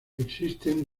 existen